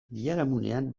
biharamunean